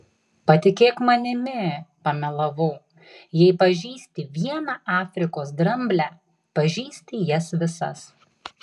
patikėk manimi pamelavau jei pažįsti vieną afrikos dramblę pažįsti jas visas